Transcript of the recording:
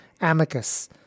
amicus